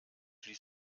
ließ